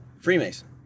Freemason